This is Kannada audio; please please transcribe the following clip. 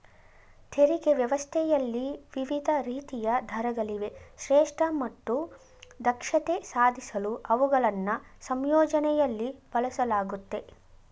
ತೆರಿಗೆ ವ್ಯವಸ್ಥೆಯಲ್ಲಿ ವಿವಿಧ ರೀತಿಯ ದರಗಳಿವೆ ಶ್ರೇಷ್ಠ ಮತ್ತು ದಕ್ಷತೆ ಸಾಧಿಸಲು ಅವುಗಳನ್ನ ಸಂಯೋಜನೆಯಲ್ಲಿ ಬಳಸಲಾಗುತ್ತೆ